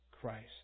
Christ